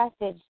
message